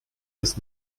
das